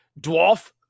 dwarf